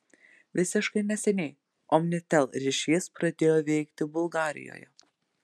visiškai neseniai omnitel ryšis pradėjo veikti bulgarijoje